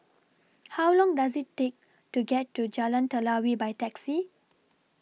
How Long Does IT Take to get to Jalan Telawi By Taxi